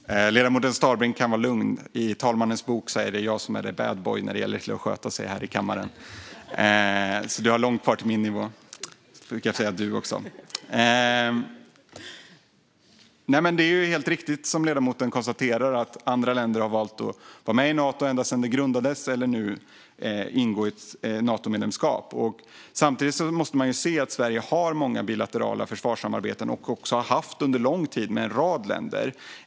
Herr talman! Ledamoten Starbrink kan vara lugn - i talmannens bok är det jag som är the bad boy när det gäller att sköta sig här i kammaren. Du har långt kvar till min nivå. Jag brukar också säga du. Det är helt riktigt som ledamoten konstaterar att andra länder har valt att vara med i Nato ända sedan det grundades eller att nu ingå ett Natomedlemskap. Samtidigt måste man se att Sverige har många bilaterala försvarssamarbeten och har haft det under lång tid med en rad länder.